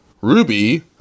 Ruby